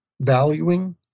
valuing